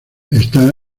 está